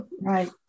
Right